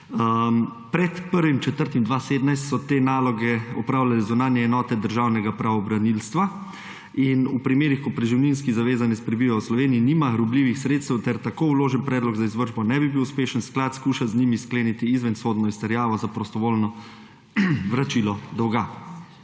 Pred 1. aprilom 2017 so te naloge opravljale zunanje enote Državnega pravobranilstva in v primerih, ko preživninski zavezanec prebiva v Sloveniji, nima rubljivih sredstev ter tako vloženi predlog za izvršbo ne bi bil uspešen, Sklad skuša z njimi skleniti izvensodno izterjavo za prostovoljno vračilo dolga.